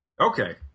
Okay